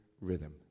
rhythm